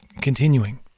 Continuing